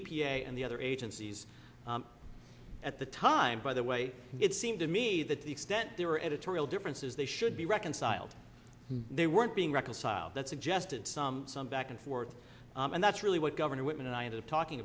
a and the other agencies at the time by the way it seemed to me that the extent there were editorial differences they should be reconciled they weren't being reconciled that suggested some some back and forth and that's really what governor whitman and i ended up talking